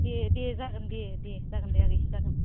दे दे जागोन दे दे दे जागोन दे आगै जागोन